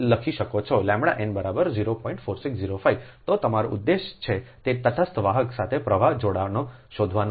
4605 તો તમારો ઉદ્દેશ તે તટસ્થ વાહક સાથે પ્રવાહ જોડાણો શોધવાનો છે